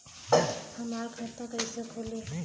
हमार खाता कईसे खुली?